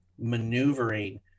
maneuvering